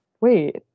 Wait